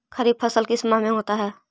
खरिफ फसल किस माह में होता है?